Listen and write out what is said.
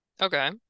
okay